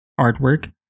artwork